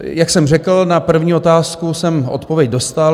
Jak jsem řekl, na první otázku jsem odpověď dostal.